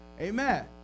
amen